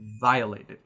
violated